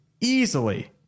easily